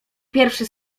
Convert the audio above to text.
pierwszy